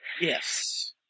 Yes